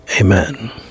amen